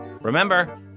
Remember